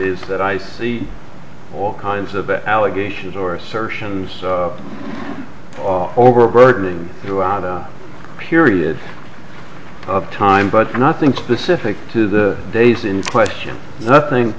is that i see all kinds of allegations or assertions all over burdening throughout a period of time but nothing specific to the days in question nothing